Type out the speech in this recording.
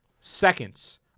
seconds